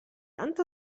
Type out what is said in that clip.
أنت